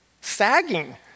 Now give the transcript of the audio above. sagging